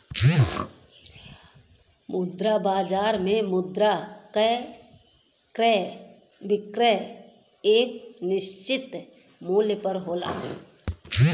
मुद्रा बाजार में मुद्रा क क्रय विक्रय एक निश्चित मूल्य पर होला